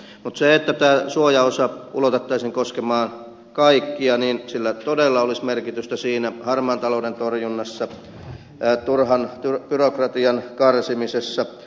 mutta sillä että tämä suojaosa ulotettaisiin koskemaan kaikkia olisi todella merkitystä siinä harmaan talouden torjunnassa turhan byrokratian karsimisessa